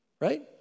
right